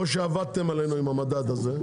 או שעבדתם עלינו עם המדד הזה,